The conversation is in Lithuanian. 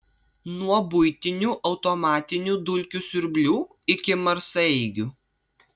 nuo buitinių automatinių dulkių siurblių iki marsaeigių